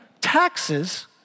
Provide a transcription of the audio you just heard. taxes